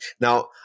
now